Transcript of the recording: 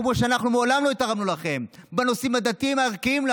כמו שאנחנו מעולם לא התערבנו לכם בנושאים הדתיים הערכיים.